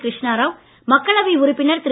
கிருஷ்ணாராவ் மக்களவை உறுப்பினர் திரு